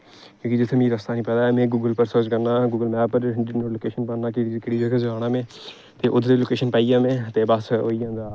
जित्थै मिगी रस्ता नेईं पता होऐ उत्थै में गुगल दी सोच कन्नै गुगल मेप उप्पर लोकेशन पाना एहकड़ी जगह जाना में फिर ओह्कड़ी लोकेशन पाइयै में